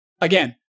Again